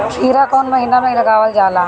खीरा कौन महीना में लगावल जाला?